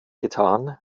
getan